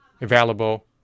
available